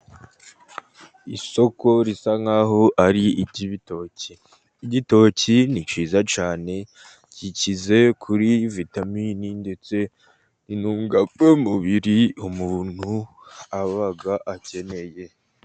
Isoko risa nk'aho ari iry'ibitoki. Igitoki ni cyiza cyane gikize kuri vitamine, ndetse intungamumubiri umuntu aba akeneye.